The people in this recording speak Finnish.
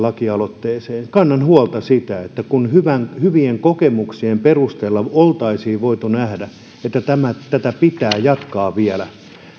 lakialoitteen allekirjoittajana kannan huolta siitä kun hyvien kokemuksien perusteella oltaisiin voitu nähdä että tätä pitää jatkaa vielä